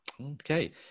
Okay